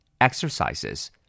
Exercises